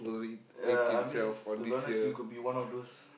ya I mean to be honest you could be one of those